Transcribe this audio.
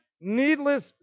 needless